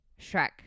Shrek